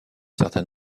certain